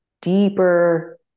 deeper